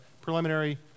preliminary